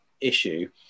issue